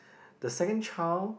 the second child